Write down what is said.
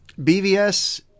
BVS